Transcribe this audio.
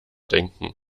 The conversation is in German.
denken